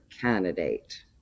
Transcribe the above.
candidate